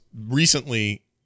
recently